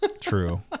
True